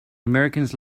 americans